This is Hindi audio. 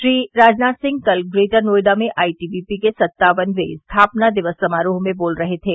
श्री राजनाथ सिंह कल ग्रेटर नोएडा में आईटीबीपी के सत्तावनवें स्थापना दिवस समारोह में बोल रहे थे